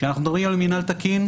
כשאנחנו מדברים על מינהל תקין,